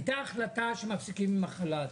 הייתה החלטה שמפסיקים עם החל"ת.